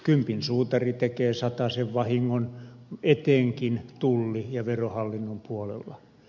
kympin suutari tekee satasen vahingon etenkin tullin ja verohallinnon puolella